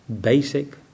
basic